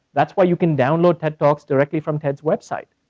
that's why you can download tedtalks directly from ted's website.